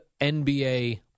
NBA